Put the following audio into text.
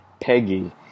Peggy